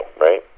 right